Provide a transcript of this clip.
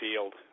field